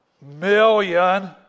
million